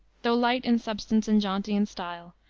though light in substance and jaunty in style,